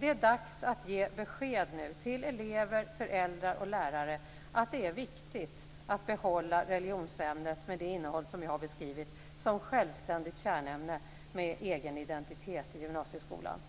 Det är dags att ge besked till elever, föräldrar och lärare om att det är viktigt att behålla religionsämnet med det innehåll som jag har beskrivit som självständigt kärnämne med egen identitet i gymnasieskolan.